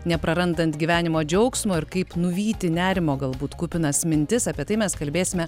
neprarandant gyvenimo džiaugsmo ir kaip nuvyti nerimo galbūt kupinas mintis apie tai mes kalbėsime